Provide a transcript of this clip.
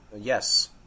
Yes